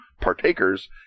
partakers